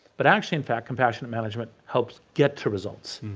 but actually in fact compassionate management helps get to results.